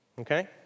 okay